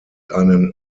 einen